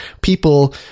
people